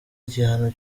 igihano